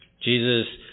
Jesus